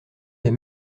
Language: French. des